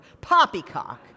Poppycock